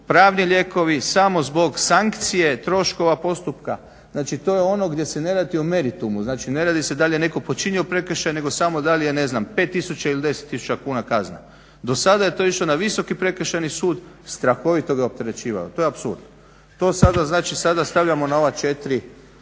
pravni lijekovi samo zbog sankcije troškova postupka. Znači to je ono gdje se ne radi o meritumu, znači ne radi se dal je netko počinio prekršaj nego samo da li je 5000 ili 10000 kazna. Do sada je to išlo na Visoki prekršaji sud, strahovito ga je opterećivalo. To je apsurd. To sada znači stavljamo na ova 4